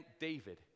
David